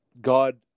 God